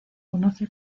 conoce